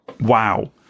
Wow